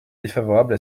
défavorable